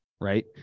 Right